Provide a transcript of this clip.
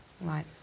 Right